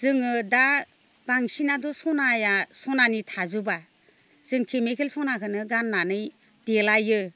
जोङो दा बांसिनाथ' सनाया सनानि थाजोबा जों केमिकेल सनाखौनो गाननानै देलायो